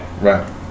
right